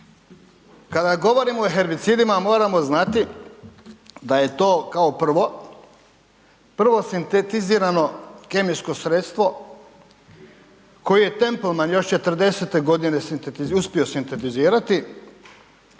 kada govorimo o herbicidima moramo znati da je to kao prvo, prvo sintetizirano kemijsko sredstvo koji je .../Govornik se ne razumije./... još '40-te godine uspio sintetizirati